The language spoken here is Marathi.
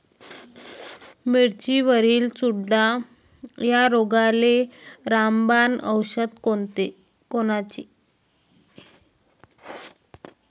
मिरचीवरील चुरडा या रोगाले रामबाण औषध कोनचे?